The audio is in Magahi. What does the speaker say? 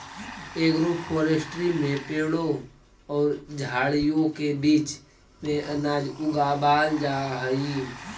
एग्रोफोरेस्ट्री में पेड़ों और झाड़ियों के बीच में अनाज उगावाल जा हई